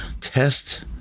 test